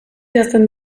idazten